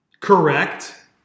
Correct